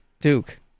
Duke